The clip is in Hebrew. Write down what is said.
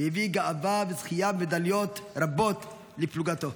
והביא גאווה וזכייה במדליות רבות לפלוגתו.